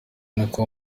niko